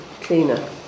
cleaner